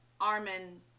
Armin